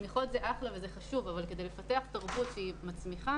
תמיכות זה חשוב אבל כדי לפתח תרבות שהיא מצמיחה,